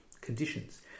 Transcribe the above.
conditions